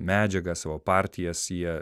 medžiagą savo partijas jie